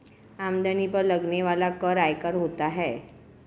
आमदनी पर लगने वाला कर आयकर होता है